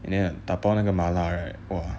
and then 打包那个麻辣 right !wah!